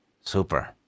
Super